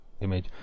image